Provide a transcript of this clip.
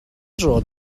droed